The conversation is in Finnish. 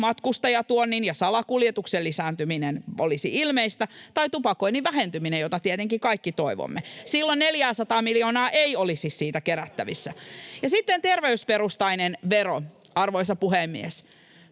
matkustajatuonnin ja salakuljetuksen lisääntyminen olisi ilmeistä, tai tupakoinnin vähentyminen, jota tietenkin kaikki toivomme. [Välihuutoja kokoomuksen ryhmästä] Silloin 400:aa miljoonaa ei olisi siitä kerättävissä. Ja sitten, arvoisa puhemies,